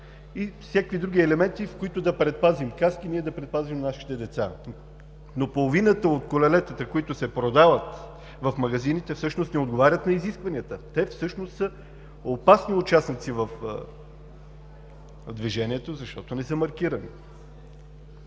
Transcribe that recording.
и всякакви други елементи, каски, с които да предпазим нашите деца. Половината от колелетата, които се продават в магазините, всъщност не отговарят на изискванията, те са опасни участници в движението, защото не са маркирани.